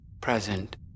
present